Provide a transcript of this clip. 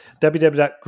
www